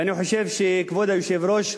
ואני חושב שכבוד היושב-ראש,